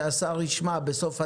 שהשר ישמע בסוף הדיון.